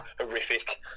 horrific